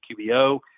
QBO